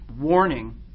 Warning